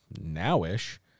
now-ish